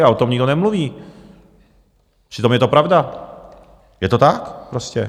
Ale o tom nikdo nemluví, přitom je to pravda, je to tak prostě.